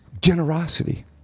generosity